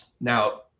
now